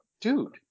dude